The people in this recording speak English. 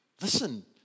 listen